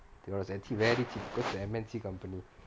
it was actually very cheap because M_N_C company